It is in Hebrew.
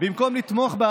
כנסת נכבדה,